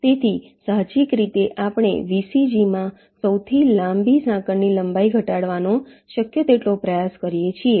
તેથી સાહજિક રીતે આપણે VCG માં સૌથી લાંબી સાંકળની લંબાઈ ઘટાડવાનો શક્ય તેટલો પ્રયાસ કરીએ છીએ